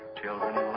children